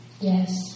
Yes